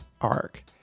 arc